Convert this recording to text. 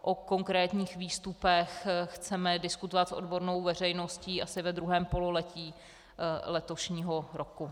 O konkrétních výstupech chceme diskutovat s odbornou veřejností asi ve druhém pololetí letošního roku.